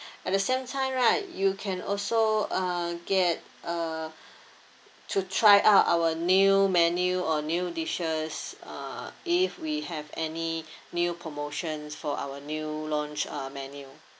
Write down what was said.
at the same time right you can also uh get uh to try out our new menu or new dishes uh if we have any new promotions for our new launched uh menu